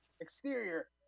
Exterior